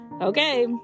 Okay